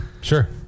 Sure